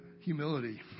humility